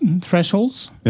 thresholds